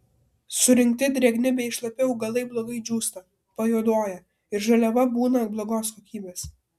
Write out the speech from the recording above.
surinkti drėgni bei šlapi augalai blogai džiūsta pajuoduoja ir žaliava būna blogos kokybės